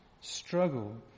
struggle